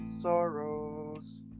sorrows